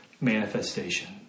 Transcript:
manifestation